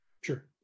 Sure